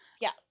yes